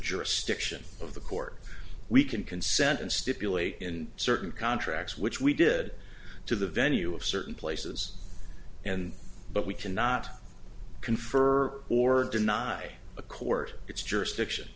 jurisdiction of the court we can consent and stipulate in certain contracts which we did to the venue of certain places and but we cannot confer or deny a court its jurisdiction